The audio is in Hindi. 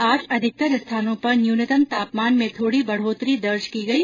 आज अधिकतर स्थानों पर न्यूनतम तापमान में थोड़ी बढ़ोतरी दर्ज की गई